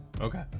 Okay